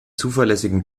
zuverlässigen